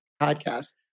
podcast